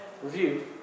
Review